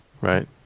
right